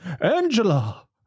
Angela